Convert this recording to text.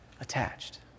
Attached